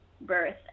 birth